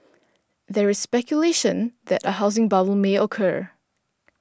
there is speculation that a housing bubble may occur